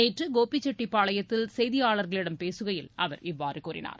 நேற்று கோபிசெட்டிப்பாளையத்தில் செய்தியாளர்களிடம் பேசுகையில் அவர் இவ்வாறு கூறினார்